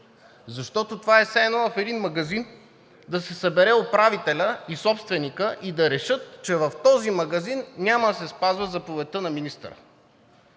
Защото това е все едно в един магазин да се съберат управителят и собственикът и да решат, че в този магазин няма да се спазва заповедта на министъра.